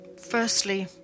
Firstly